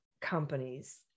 companies